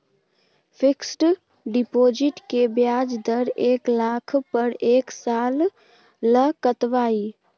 Fixed deposit के ब्याज दर एक लाख पर एक साल ल कतबा इ?